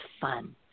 fun